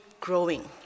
growing